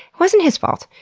it wasn't his fault.